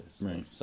Right